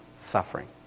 suffering